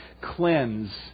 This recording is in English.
cleanse